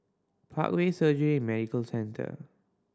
Parkway Surgery and Medical Centre